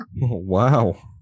Wow